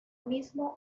mismo